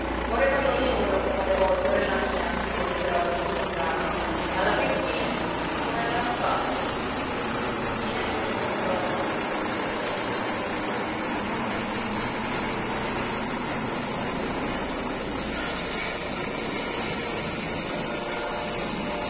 vorrei farlo io quello che fate voi sorella mia le diceva per confortarla alla fin fine è come andare a spasso